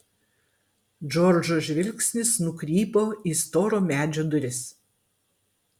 džordžo žvilgsnis nukrypo į storo medžio duris